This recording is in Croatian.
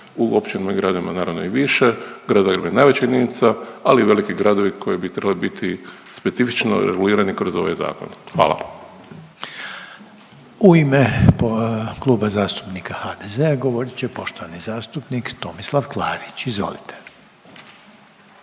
u općinama i gradovima naravno i više. Gradovi imaju najviše jedinica, ali veliki gradovi koji bi trebali biti specifično regulirani kroz ovaj zakon. Hvala. **Reiner, Željko (HDZ)** U ime Kluba zastupnika HDZ-a govorit će poštovani zastupnik Tomislav Klarić. Izvolite.